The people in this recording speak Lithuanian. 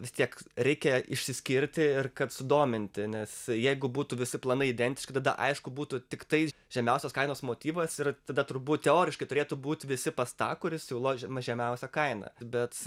vis tiek reikia išsiskirti ir kad sudominti nes jeigu būtų visi planai identiški tada aišku būtų tiktai žemiausios kainos motyvas ir tada turbūt teoriškai turėtų būt visi pas tą kuris siūlo žem maž žemiausią kainą bet